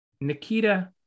Nikita